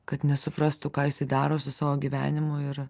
kad nesuprastų ką jis daros su savo gyvenimu ir